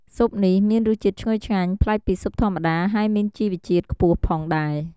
ស៊ុបនេះមានរសជាតិឈ្ងុយឆ្ងាញ់ ប្លែកពីស៊ុបធម្មតា ហើយមានជីវជាតិខ្ពស់ផងដែរ។